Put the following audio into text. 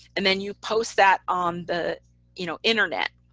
and then you post that on the you know internet.